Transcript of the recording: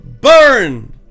burn